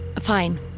Fine